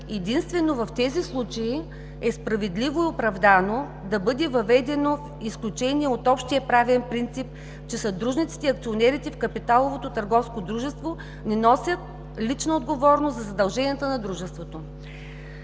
Единствено в тези случаи е справедливо и оправдано да бъде въведено изключение от общия правен принцип, че съдружниците и акционерите в капиталовото търговско дружество не носят лична отговорност за задълженията на дружеството.